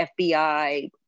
FBI